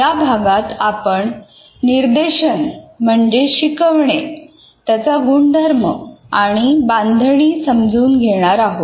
या भागात आपण निर्देशन म्हणजे शिकवणे त्याचा गुणधर्म आणि बांधणी समजून घेणार आहोत